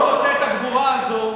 אני רוצה שאת הגבורה הזאת,